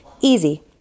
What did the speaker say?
Easy